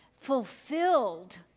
fulfilled